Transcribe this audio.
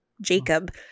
Jacob